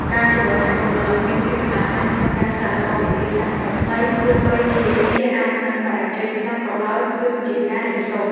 ការជំរុញឱ្យបុគ្គលិកមានភាពក្លាហានក្នុងការសាកល្បងវិធីសាស្ត្រថ្មីៗទោះបីជាវាអាចនឹងបរាជ័យខ្លះក៏ដោយគឺជាការរៀនសូត្រ។